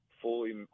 fully